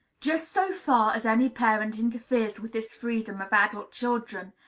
just so far as any parent interferes with this freedom of adult children,